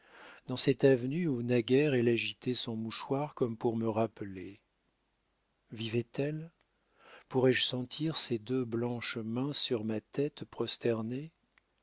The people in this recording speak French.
dans cette avenue où naguère elle agitait son mouchoir comme pour me rappeler vivait elle pourrais-je sentir ses deux blanches mains sur ma tête